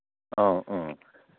ꯑ ꯑ